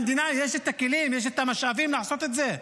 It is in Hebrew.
למדינה יש את הכלים, יש המשאבים לעשות את זה.